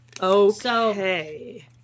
Okay